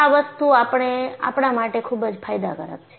આ વસ્તુ આપણા માટે ખૂબ જ ફાયદાકારક છે